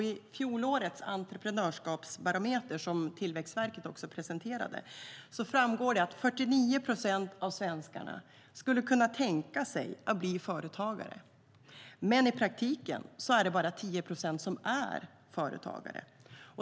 I fjolårets Entreprenörskapsbarometer, som Tillväxtverket presenterade, framgår det att 49 procent av svenskarna skulle kunna tänka sig att bli företagare. Men i praktiken är det bara 10 procent som är företagare.